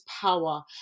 power